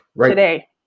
today